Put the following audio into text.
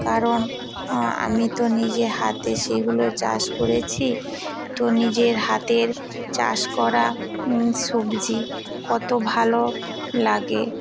কারণ আমি তো নিজে হাতে সেগুলো চাষ করেছি তো নিজের হাতের চাষ করা সবজি কত ভালো লাগে